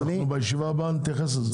בישיבה הבאה נתייחס לזה.